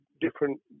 different